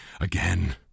again